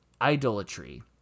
idolatry